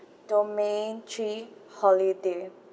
domain three holiday